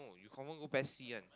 you confirm go P_E_S C one